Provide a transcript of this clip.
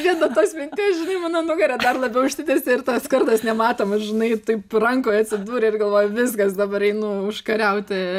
vien nuo tos minties žinai mano nugara dar labiau išsitiesė ir tas kardas nematomas žinai taip rankoj atsidūrė ir galvoju viskas dabar einu užkariauti